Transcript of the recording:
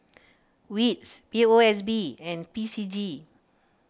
Wits P O S B and P C G